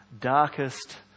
darkest